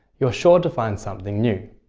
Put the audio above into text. you're sure to find something new.